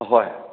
ꯍꯣꯏ